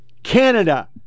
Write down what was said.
Canada